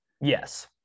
yes